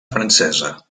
francesa